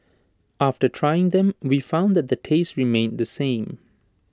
after trying them we found that the taste remained the same